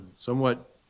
somewhat